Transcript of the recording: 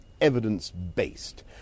evidence-based